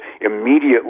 immediately